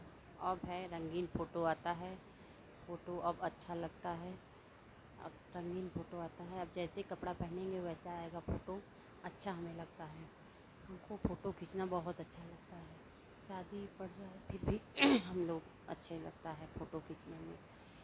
अब है रंगीन फ़ोटो आता है फ़ोटो अब अच्छा लगता है अब रंगीन फ़ोटो आता है जैसे कपड़ा पहनेंगे वैसे आएगा फ़ोटो अच्छा हमें लगता है हमको फ़ोटो खींचना बहुत अच्छा लगता है शादी पड़ जाए फिर भी हम लोग अच्छे लगता है फोटो खींचने में